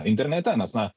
internete nes na